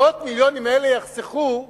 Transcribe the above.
מאות המיליונים האלה יחסכו מיליארדים,